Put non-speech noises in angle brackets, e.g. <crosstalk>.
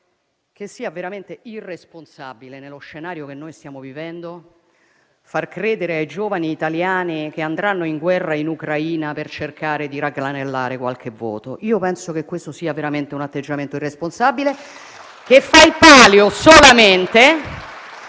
che sia veramente irresponsabile, nello scenario che stiamo vivendo, far credere ai giovani italiani che andranno in guerra in Ucraina, per cercare di raggranellare qualche voto. Penso che questo sia veramente un atteggiamento irresponsabile. <applause>